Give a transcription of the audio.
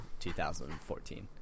2014